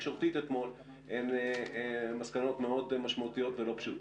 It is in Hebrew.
תקשורתית אתמול הן מסקנות מאוד משמעותיות ולא פשוטות.